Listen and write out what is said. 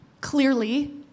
clearly